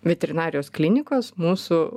veterinarijos klinikos mūsų